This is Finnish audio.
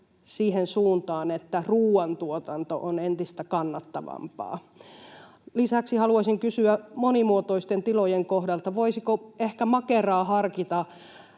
siihen suuntaan, että ruoantuotanto on entistä kannattavampaa? Lisäksi haluaisin kysyä monimuotoisten tilojen kohdalta: voisiko ehkä Makeraa harkita